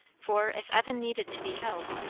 for if evan needed to be held,